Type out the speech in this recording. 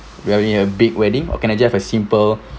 wearing a big wedding or can I just have simple